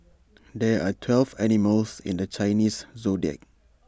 there are twelve animals in the Chinese Zodiac